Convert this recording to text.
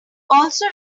also